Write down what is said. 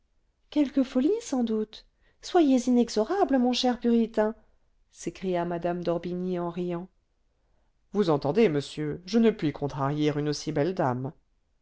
quelque folie sans doute soyez inexorable mon cher puritain s'écria mme d'orbigny en riant vous entendez monsieur je ne puis contrarier une aussi belle dame